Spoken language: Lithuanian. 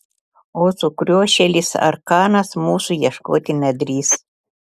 o sukriošėlis arkanas mūsų ieškoti nedrįs